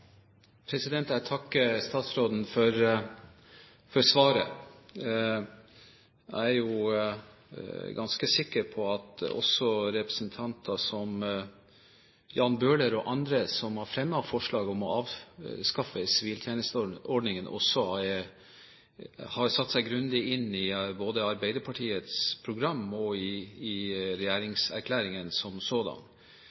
Jeg takker statsråden for svaret. Jeg er ganske sikker på at også representanter som Jan Bøhler og andre som har fremmet forslaget om å avskaffe siviltjenesteordningen, også har satt seg grundig inn i både Arbeiderpartiets program og i